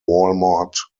walmart